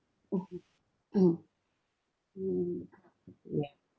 mmhmm mmhmm hmm yeah